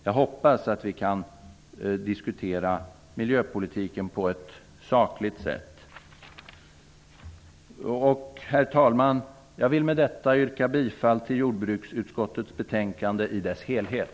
Jag hoppas att vi kan diskutera miljöpolitiken på ett sakligt sätt. Herr talman! Med detta yrkar jag bifall till jordbruksutskottets hemställan i dess helhet.